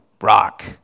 Rock